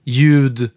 Ljud